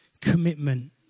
Commitment